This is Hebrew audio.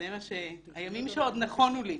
זה הימים שעוד נכונו לי.